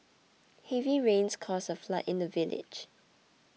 heavy rains caused a flood in the village